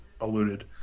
alluded